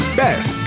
best